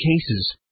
cases